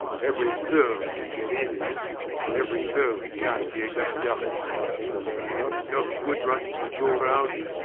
every fool can get ill but every fool cant be a good doctor there are not enough good ones to go round.